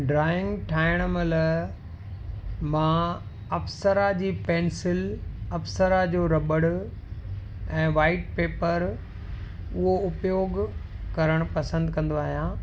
drawing ठाहिणु महिल मां अप्सरा जी पैंसिल अप्सरा जो रॿड़ु ऐं वाइट पेपर उहो उपयोगु करणु पसंदि कंदो आहियां